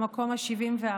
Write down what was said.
במקום ה-74.